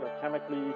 chemically